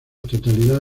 totalidad